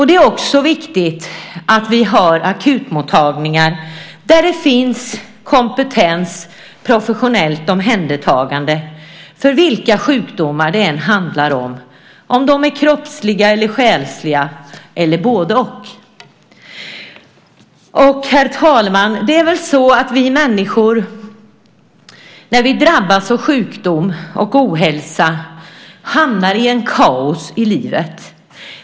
Det är också viktigt att vi har akutmottagningar där det finns kompetens och professionellt omhändertagande av vilka sjukdomar det än handlar om, kroppsliga eller själsliga eller både-och. Herr talman! Vi människor hamnar väl när vi drabbas av sjukdom och ohälsa i ett kaos i livet.